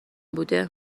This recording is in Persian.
بوده